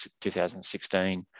2016